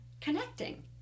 connecting